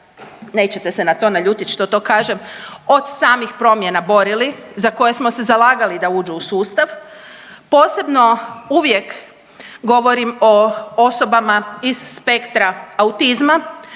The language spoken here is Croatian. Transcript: nećete se na to naljutit što to kažem, od samih promjena borili, za koje smo se zalagali da uđu u sustav. Posebno uvijek govorim o osobama iz spektra autizma